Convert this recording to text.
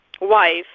wife